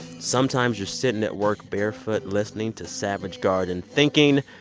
sometimes you're sitting at work barefoot, listening to savage garden, thinking,